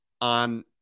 on